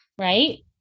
right